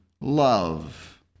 love